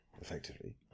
effectively